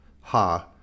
ha